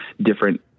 different